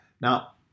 Now